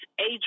age